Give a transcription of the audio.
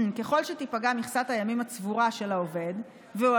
ככל שתיפגע מכסת הימים הצבורה של העובד והוא